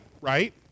right